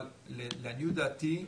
אבל לעניות דעתי,